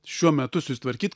šiuo metu susitvarkyt